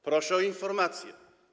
Proszę o informację.